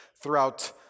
throughout